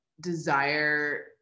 desire